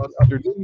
underneath